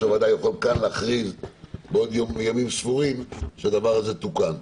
הוועדה יוכל להכריז בעוד ימים ספורים שהדבר הזה תוקן.